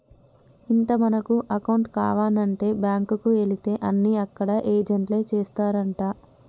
ఇంత మనకు అకౌంట్ కావానంటే బాంకుకు ఎలితే అన్ని అక్కడ ఏజెంట్లే చేస్తారంటా